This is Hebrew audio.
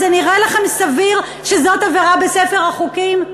זה נראה לכם סביר שזאת עבירה בספר החוקים?